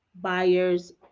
buyer's